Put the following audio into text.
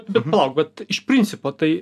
bet palauk bet iš principo tai